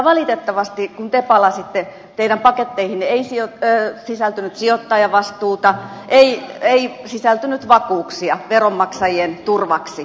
valitettavasti kun te palasitte teidän paketteihinne ei sisältynyt sijoittajavastuuta ei sisältynyt vakuuksia veronmaksajien turvaksi